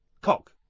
cock